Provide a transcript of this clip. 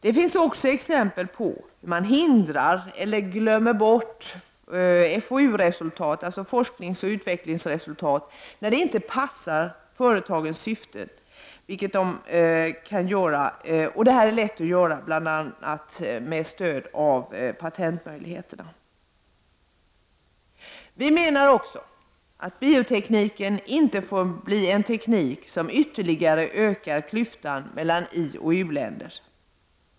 Det finns också exempel på att man hindrar eller ”glömmer bort” forskningsoch utvecklingsresultat, när dessa inte passar företagets syften. Det här är lätt att göra med stöd av bl.a. patentmöjligheterna. Vi menar också att biotekniken inte får bli en teknik som ytterligare ökar klyftan mellan ioch u-länder.